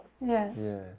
Yes